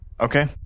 Okay